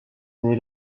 année